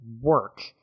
work